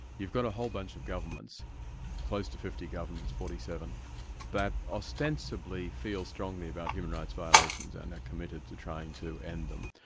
you've got a whole bunch of governments to fifty governments, forty seven that ostensibly feel strongly about human rights violations and are committed to trying to end them.